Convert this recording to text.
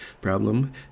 problem